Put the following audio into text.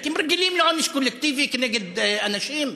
אתם רגילים לעונש קולקטיבי כנגד אנשים.